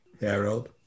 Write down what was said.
Harold